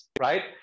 right